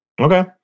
Okay